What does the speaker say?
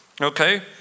okay